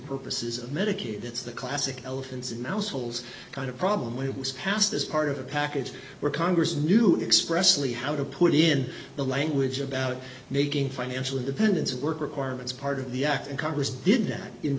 purposes of medicaid it's the classic elephants and mouse holes kind of problem where it was passed as part of a package where congress knew expressly how to put it in the language about making financial independence work requirements part of the act in congress did that in